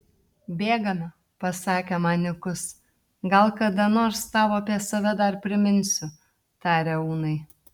bėgame pasakė man nykus gal kada nors tau apie save dar priminsiu tarė unai